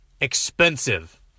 expensive